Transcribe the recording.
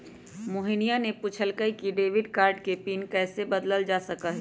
मोहिनीया ने पूछल कई कि डेबिट कार्ड के पिन कैसे बदल्ल जा सका हई?